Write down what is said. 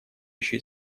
еще